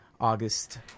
August